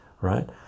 right